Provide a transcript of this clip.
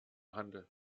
handel